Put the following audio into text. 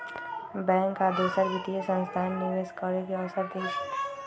bank आ दोसर वित्तीय संस्थान निवेश करे के अवसर देई छई